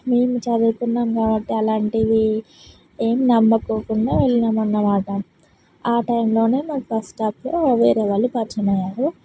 మేము చదువుకున్నాం కాబట్టి అలాంటివి ఏం నమ్ముకోకుండా వెళ్ళినామన్నమాట ఆ టైంలోనే మాకు బస్ స్టాప్లో వేరే వాళ్ళు పరిచయమయ్యారు